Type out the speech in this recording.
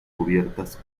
cubiertas